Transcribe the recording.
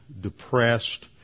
depressed